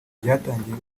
byatangiye